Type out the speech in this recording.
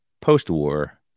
post-war